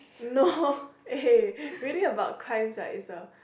no eh reading about crimes right is a